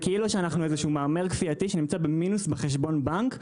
זה כאילו שאנחנו איזשהו מהמר כפייתי שנמצא במינוס בחשבון הבנק,